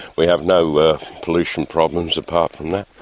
we have no pollution problems apart from that.